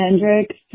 Hendricks